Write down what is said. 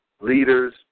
leaders